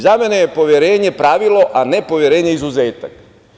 Za mene je poverenje pravilo, a ne poverenje izuzetak.